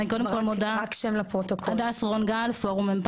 אני מפורום אמפטי"ה,